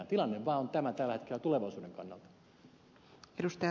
tilanne vaan on tämä tällä hetkellä tulevaisuuden kannalta